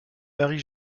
marie